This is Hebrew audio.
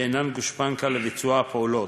ואינן גושפנקא לביצוע פעולות.